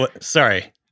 Sorry